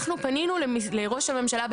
אנחנו פנינו בזמנו לראש הממשלה.